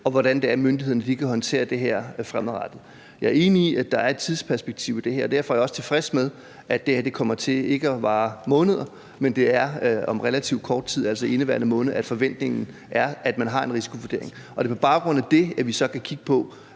og hvordan myndighederne kan håndtere det her fremadrettet. Jeg er enig i, at der er et tidsperspektiv i det her, og derfor er jeg også tilfreds med, at det her ikke kommer til at vare måneder, men at forventningen er, at det er om relativt kort tid, altså i indeværende måned, at man har en risikovurdering. Og det er på baggrund af det, at vi så kan kigge på,